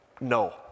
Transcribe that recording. No